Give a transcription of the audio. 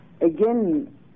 Again